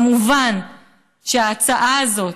כמובן שההצעה הזאת,